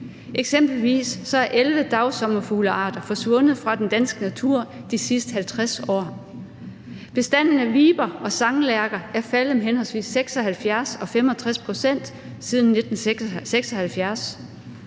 Eksempelvis er 11 dagsommerfuglearter forsvundet fra den danske natur de sidste 50 år, bestanden af viber og sanglærker er faldet med henholdsvis 76 pct. og 65 pct. siden 1976,